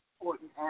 important